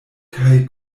kaj